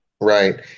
Right